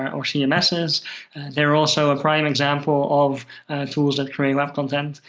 or or so cmses. they're also a prime example of tools that create web content.